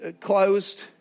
closed